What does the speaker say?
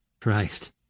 Christ